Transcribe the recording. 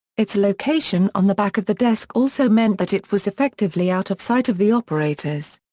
its location on the back of the desk also meant that it was effectively out of sight of the operators.